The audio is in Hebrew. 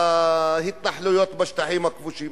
ההתנחלויות בשטחים הכבושים?